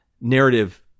narrative